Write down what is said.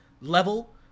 level